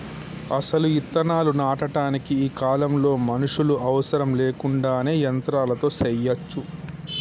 అసలు ఇత్తనాలు నాటటానికి ఈ కాలంలో మనుషులు అవసరం లేకుండానే యంత్రాలతో సెయ్యచ్చు